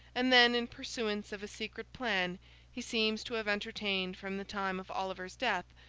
and then in pursuance of a secret plan he seems to have entertained from the time of oliver's death,